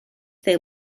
they